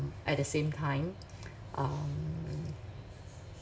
at the same time um